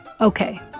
Okay